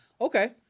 okay